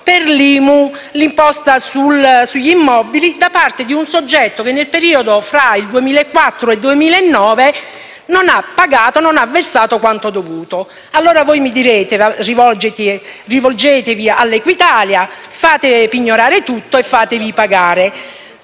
per l'IMU (l'imposta sugli immobili), da parte di un soggetto che, nel periodo tra il 2004 e il 2009, non ha versato quanto dovuto. Allora voi mi direte: rivolgetevi ad Equitalia, fate pignorare e fatevi pagare.